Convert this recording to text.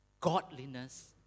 Godliness